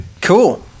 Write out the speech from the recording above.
Cool